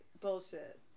bullshit